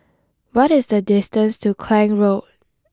what is the distance to Klang Road